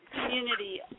community